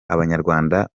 abanyarwanda